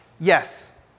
Yes